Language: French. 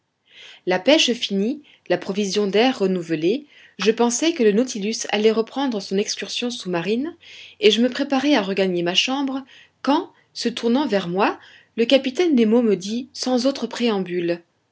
la pêche finie la provision d'air renouvelée je pensais que le nautilus allait reprendre son excursion sous-marine et je me préparais à regagner ma chambre quand se tournant vers moi le capitaine nemo me dit sans autre préambule